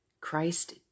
Christ